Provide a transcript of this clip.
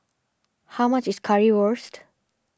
how much is Currywurst